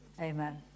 Amen